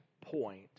point